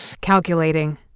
Calculating